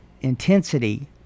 intensity